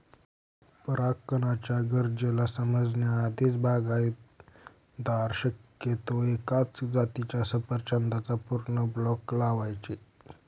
परागकणाच्या गरजेला समजण्या आधीच, बागायतदार शक्यतो एकाच जातीच्या सफरचंदाचा पूर्ण ब्लॉक लावायचे